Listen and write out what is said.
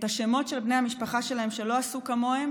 את השמות של בני המשפחה שלהם שלא עשו כמוהם